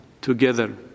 together